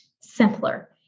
simpler